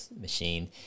machine